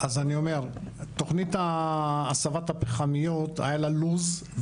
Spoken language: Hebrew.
תוכנית הסבת הפחמיות, היה לה לו"ז.